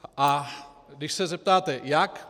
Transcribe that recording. A když se zeptáte jak?